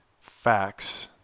facts